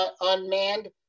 unmanned